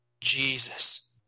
Jesus